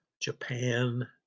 Japan